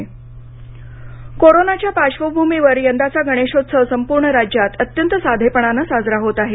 मानाचे गणेश विसर्जन कोरोनाच्या पार्श्वभूमीवर यंदाचा गणेशोत्सव संपूर्ण राज्यात अत्यंत साधेपणाने साजरा होत आहे